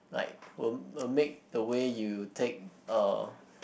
like would would make the way you take uh